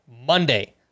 Monday